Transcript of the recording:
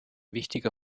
wichtiger